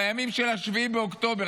בימים של 7 באוקטובר,